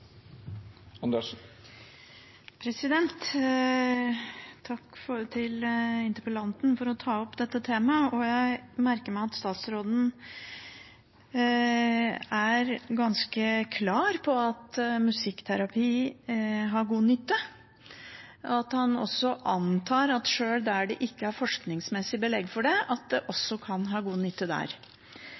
anbefalt. Takk til interpellanten for å ta opp dette temaet. Jeg merker meg at statsråden er ganske klar på at musikkterapi gir god nytte, og at han antar at det også kan gi god nytte sjøl der det ikke er forskningsmessig belegg for det. Sjøl har jeg mest erfaring med det